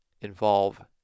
involve